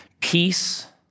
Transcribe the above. peace